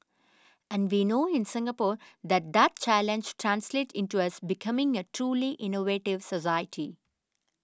and we know in Singapore that that challenge translates into us becoming a truly innovative society